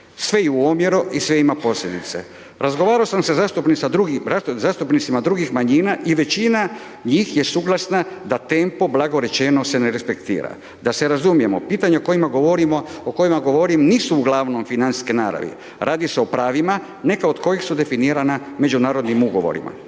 sve i u omjeru i sve ima posljedice. Razgovarao sam zastupnica drugih, zastupnicima drugih manjina i većina njih je suglasna da tempo blago rečeno se ne respektira. Da se razumijemo, pitanja o kojima govorimo, o kojima govorim nisu uglavnom financijske naravi, radi se o pravima neka od kojih su definirana međunarodnim ugovorima,